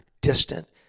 distant